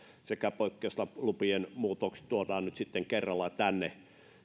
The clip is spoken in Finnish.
sekä poikkeuslupien muutokset tuodaan nyt sitten kerralla tänne